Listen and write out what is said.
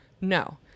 no